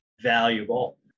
valuable